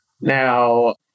Now